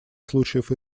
случаев